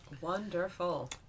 wonderful